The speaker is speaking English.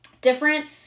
different